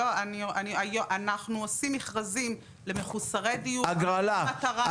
אנחנו עושים מכרזים למחוסרי דיור על מחיר מטרה.